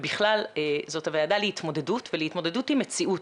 זו הוועדה להתמודדות ולהתמודדות עם מציאות,